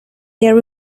there